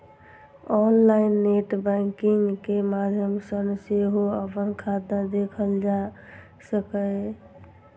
online net banking के माध्यम सं सेहो अपन खाता देखल जा सकैए